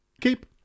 keep